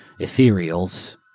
ethereals